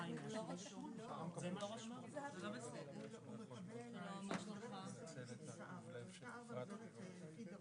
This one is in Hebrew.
זה תיקון שלכם, אני חושבת שאתם תסבירו אותו.